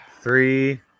three